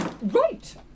Right